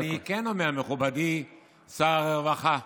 אני כן אומר: מכובדי שר הרווחה.